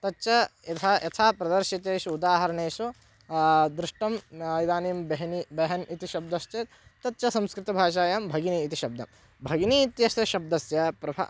तच्च यथा यथा प्रदर्शितेषु उदाहरणेषु दृष्टं इदानीं बेहिनी बेहन् इति शब्दश्चेत् तच्च संस्कृतभाषायां भगिनी इति शब्दं भगिनी इत्यस्य शब्दस्य प्रभावः